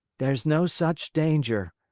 there's no such danger,